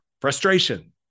frustration